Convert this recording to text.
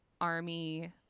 army